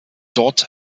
dort